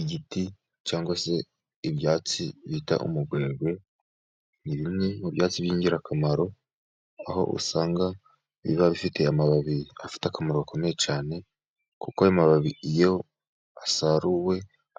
Igiti cyangwa se ibyatsi bita umugwegwe. Ni bimwe mu byatsi by'ingirakamaro, aho usanga biba bifiye amababi afite akamaro gakomeye cyane, kuko ayo mababi iyo asaruwe